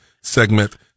segment